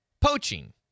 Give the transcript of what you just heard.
poaching